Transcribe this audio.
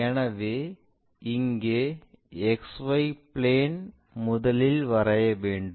எனவே இங்கே XY plane முதலில் வரைய வேண்டும்